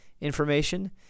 information